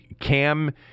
Cam